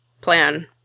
plan